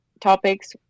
topics